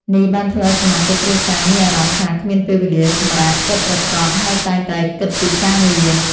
នេះបានធ្វើឱ្យសមាជិកគ្រួសារមានអារម្មណ៍ថាគ្មានពេលវេលាសម្រាកពិតប្រាកដ ហើយតែងតែគិតពីការងារ។